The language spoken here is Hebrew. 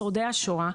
שורדי השואה.